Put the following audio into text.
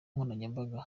nkoranyambaga